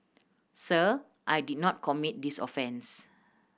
sir I did not commit this offence